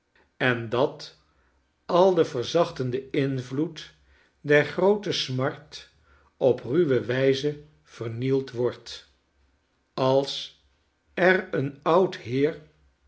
en dat al de verzachtende invloed der groote smart op ruwe wijze vernield wordt als er een oud heer